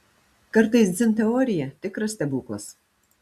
kartais dzin teorija tikras stebuklas